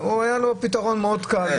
היה לו פתרון מאוד קל.